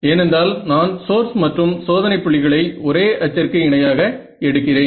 ஏனென்றால் நான் சோர்ஸ் மற்றும் சோதனை புள்ளிகளை ஒரே அச்சிற்கு இணையாக எடுக்கிறேன்